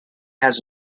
has